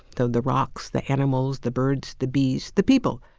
the the rocks, the animals, the b irds, the bees, the people.